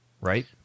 Right